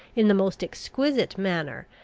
in the most exquisite manner,